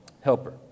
Helper